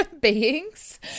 beings